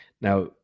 Now